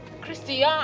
Christian